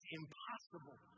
impossible